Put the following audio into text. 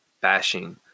bashing